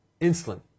insulin